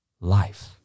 life